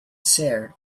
cere